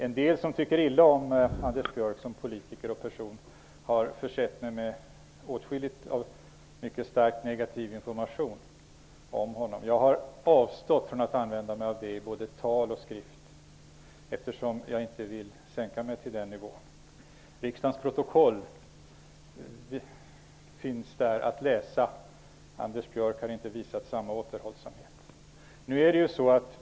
Personer som tycker illa om Anders Björck som politiker och människa har försett mig med åtskillig starkt negativ information om honom. Jag har dock avstått från att använda mig av den i både tal och skrift, eftersom jag inte vill sänka mig till den nivån. Riksdagens protokoll finns att läsa -- Anders Björck har inte visat samma återhållsamhet.